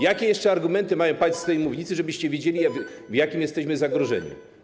Jakie jeszcze argumenty mają paść z tej mównicy, żebyście wiedzieli, w jakim jesteśmy zagrożeniu?